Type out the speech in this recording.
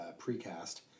precast